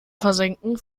versenken